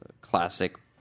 classic